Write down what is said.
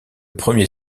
premier